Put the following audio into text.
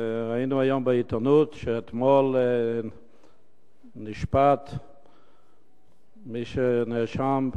ראינו היום בעיתונות שאתמול נשפט מי שנאשם,